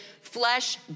flesh